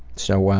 so,